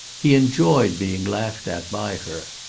he enjoyed being laughed at by her.